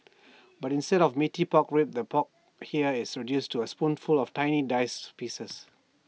but instead of Meaty Pork Ribs the pork here is reduced to A spoonful of tiny diced pieces